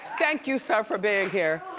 thank you sir for being here,